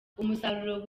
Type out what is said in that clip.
umusaruro